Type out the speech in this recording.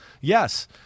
yes